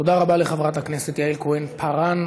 תודה רבה לחברת הכנסת יעל כהן-פארן.